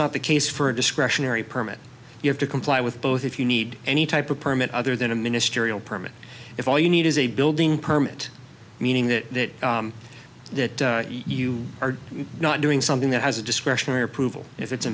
not the case for a discretionary permit you have to comply with both if you need any type of permit other than a ministerial permit if all you need is a building permit meaning that that you are not doing something that has a discretionary approval if it's a